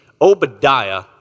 Obadiah